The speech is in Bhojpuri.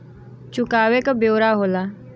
चुकावे क ब्योरा होला